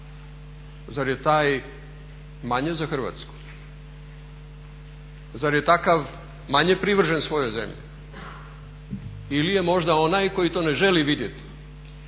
zar je taj manje za Hrvatsku? Zar je takav manje privržen svojoj zemlji? Ili je možda onaj koji to ne želi vidjeti,